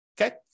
okay